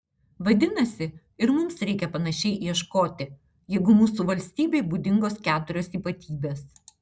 vadinasi ir mums reikia panašiai ieškoti jeigu mūsų valstybei būdingos keturios ypatybės